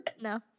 No